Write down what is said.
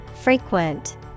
Frequent